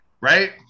Right